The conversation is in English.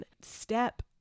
Step